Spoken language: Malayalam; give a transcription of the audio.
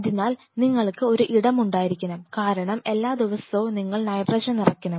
അതിനാൽ നിങ്ങൾക്ക് ഒരു ഇടം ഉണ്ടായിരിക്കണം കാരണം എല്ലാ ദിവസവും നിങ്ങൾ നൈട്രജൻ നിറയ്ക്കണം